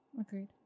Agreed